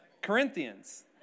Corinthians